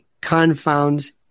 confounds